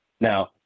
Now